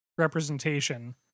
representation